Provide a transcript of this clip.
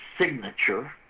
signature